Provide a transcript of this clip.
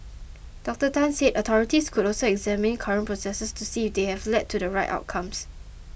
Dr Tan said authorities could also examine current processes to see if they have led to the right outcomes